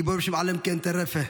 גיבור בשם עלמקאן טרפה,